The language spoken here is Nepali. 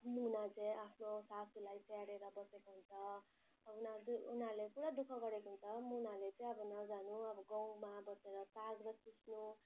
मुना चाहिँ आफ्नो सासुलाई स्याहारेर बसेको हुन्छ अब उनी उनीहरूले पुरा दुःख गरेको हुन्छ मुनाले चाहिँ अब नजानु अब गाउँमा बसेर साग र सिस्नु